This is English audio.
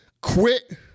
Quit